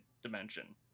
dimension